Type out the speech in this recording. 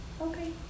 Okay